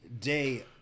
day